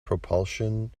propulsion